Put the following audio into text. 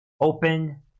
open